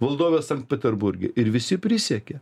valdovė sankt peterburge ir visi prisiekė